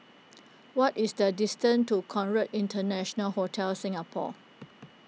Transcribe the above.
what is the distance to Conrad International Hotel Singapore